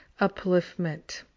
upliftment